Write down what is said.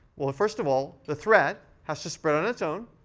well, first of all, the threat has to spread and its own.